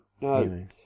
no